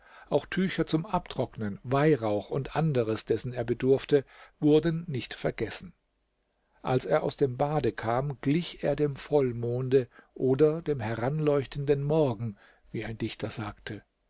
auch tücher zum abtrocknen weihrauch und anderes dessen er bedurfte wurden nicht vergessen als er aus dem bade kam glich er dem vollmonde oder dem heranleuchtenden morgen wie ein dichter sagte